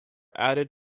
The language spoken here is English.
added